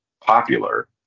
popular